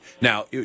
Now